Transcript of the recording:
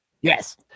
Yes